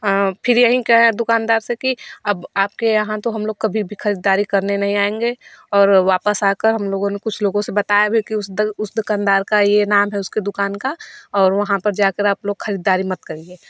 फिर यही कहें दुकानदार से कि अब आपके यहाँ तो कभी भी खरीदारी करने नही आएंगे और वापस आकर हम लोगों ने कुछ लोगों से बताया भी उस दुकानदार का ये नाम है उसके दुकान का और वहाँ जाकर आप लोग खरीदारी मत करिए